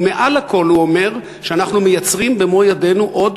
ומעל הכול, הוא אומר שאנחנו מייצרים במו ידינו עוד